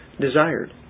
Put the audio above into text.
desired